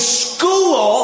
school